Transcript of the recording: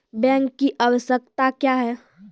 Bank की आवश्यकता क्या हैं?